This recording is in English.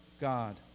God